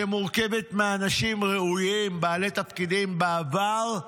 שמורכבת מהאנשים ראויים, בעלי תפקידים בעבר,